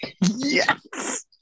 Yes